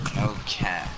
Okay